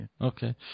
Okay